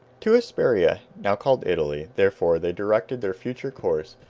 to hesperia, now called italy, therefore, they directed their future course,